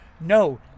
No